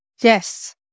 yes